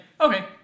okay